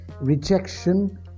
rejection